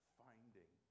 finding